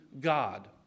God